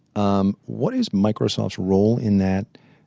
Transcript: um what is microsoft's role in that,